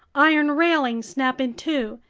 iron railings snap in two,